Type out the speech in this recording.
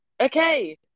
Okay